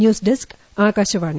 news desk Akashvani